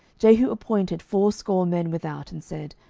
jehu appointed fourscore men without, and said,